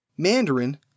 Mandarin